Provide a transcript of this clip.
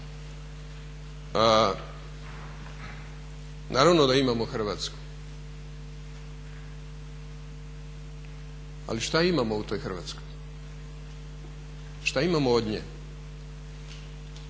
Naravno da imamo Hrvatsku. Ali šta imamo u toj Hrvatskoj? Šta imamo od nje?